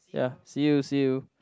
ya see you see you